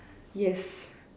yes